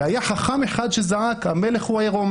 והיה חכם אחד שזעק: המלך הוא עירום